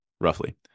roughly